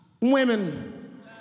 women